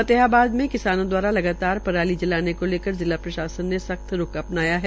फतेहाबाद मे किसानों द्वारा लगातार पराली जलाने को लेकर जिला प्रशासन ने सख्त रूख अपनाया है